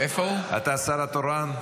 אתה השר התורן?